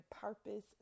purpose